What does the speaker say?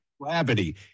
gravity